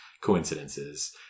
coincidences